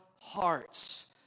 hearts